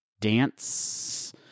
dance